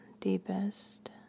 deepest